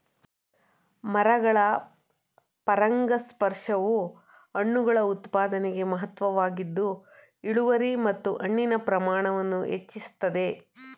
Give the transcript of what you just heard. ಮರಗಳ ಪರಾಗಸ್ಪರ್ಶವು ಹಣ್ಣುಗಳ ಉತ್ಪಾದನೆಗೆ ಮಹತ್ವದ್ದಾಗಿದ್ದು ಇಳುವರಿ ಮತ್ತು ಹಣ್ಣಿನ ಪ್ರಮಾಣವನ್ನು ಹೆಚ್ಚಿಸ್ತದೆ